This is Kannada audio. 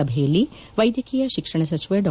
ಸಭೆಯಲ್ಲಿ ವೈದ್ಯಕೀಯ ಶಿಕ್ಷಣ ಸಚಿವ ಡಾ